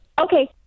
Okay